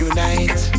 Unite